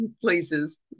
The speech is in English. places